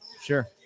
Sure